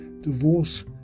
divorce